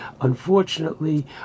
unfortunately